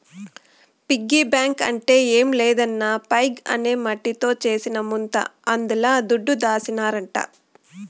piggy bank అంటే ఏం లేదన్నా పైగ్ అనే మట్టితో చేసిన ముంత అందుల దుడ్డు దాసినారంట